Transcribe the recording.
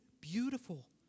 beautiful